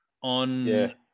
on